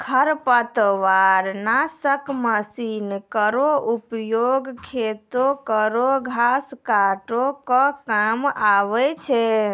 खरपतवार नासक मसीन केरो उपयोग खेतो केरो घास काटै क काम आवै छै